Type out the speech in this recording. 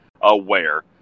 aware